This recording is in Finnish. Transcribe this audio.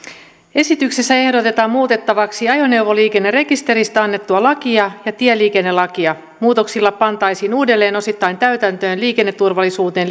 esityksessä ehdotetaan muutettavaksi ajoneuvoliikennerekisteristä annettua lakia ja tieliikennelakia muutoksilla pantaisiin uudelleen osittain täytäntöön liikenneturvallisuuteen